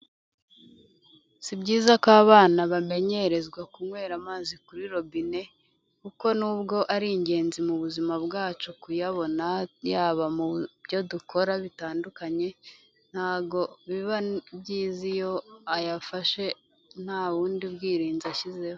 Si byiza ko abana bamenyerezwa kunywera amazi kuri robine, kuko n'ubwo ari ingenzi mu buzima bwacu kuyabona yaba mu byo dukora bitandukanye, ntabwo biba byiza iyo ayafashe nta bundi bwirinzi ashyizeho.